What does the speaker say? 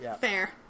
Fair